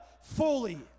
fully